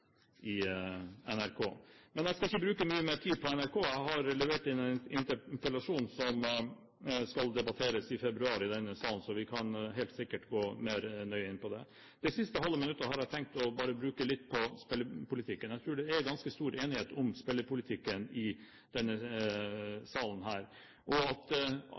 i NRK. Jeg skal ikke bruke mye mer tid på NRK. Jeg har levert inn en interpellasjon som skal debatteres i februar i denne salen, så vi kan helt sikkert gå nøyere inn på det da. Det siste halve minuttet har jeg tenkt å bruke på spillpolitikken. Jeg tror det er ganske stor enighet om spillpolitikken i denne salen, og at